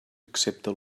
excepte